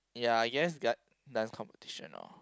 ya I guess gut dance competition orh